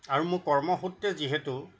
আৰু মোৰ কৰ্মসূত্ৰে যিহেতু